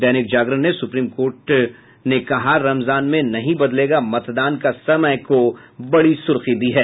दैनिक जागरण ने supreme court ने कहा रमजान में नहीं बदलेगा मतदान का समय को बड़ी सुर्खी दी है